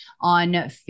on